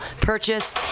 purchase